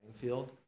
field